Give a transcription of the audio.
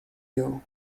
you